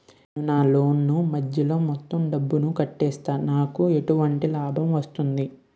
నేను నా లోన్ నీ మధ్యలో మొత్తం డబ్బును కట్టేస్తే నాకు ఎటువంటి లాభం వస్తుంది?